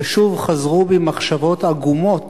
ושוב חזרו בי מחשבות עגומות